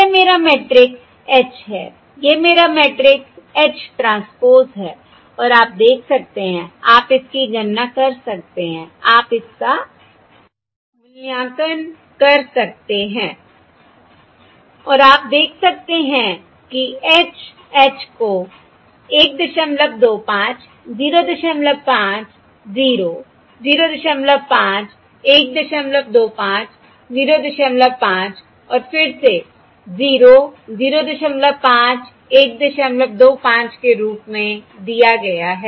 यह मेरा matrix H है यह मेरा मैट्रिक्स H ट्रांसपोज़ है और आप देख सकते हैं आप इसकी गणना कर सकते हैं आप इसका मूल्यांकन कर सकते हैं और आप देख सकते हैं कि H H ट्रांसपोज़ को 125 05 0 05 125 05 और फिर से 0 05 125 के रूप में दिया गया है